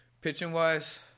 Pitching-wise